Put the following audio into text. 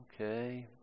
Okay